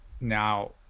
Now